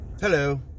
Hello